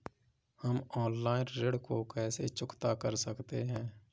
हम ऑनलाइन ऋण को कैसे चुकता कर सकते हैं?